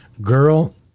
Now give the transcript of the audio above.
girl